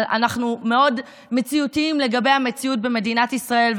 אבל אנחנו מאוד מציאותיים לגבי המציאות במדינת ישראל.